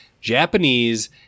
Japanese